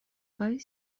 kaj